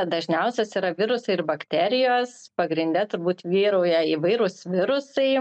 dažniausios yra virusai ir bakterijos pagrinde turbūt vyrauja įvairūs virusai